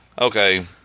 okay